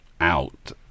out